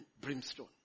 brimstone